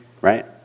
Right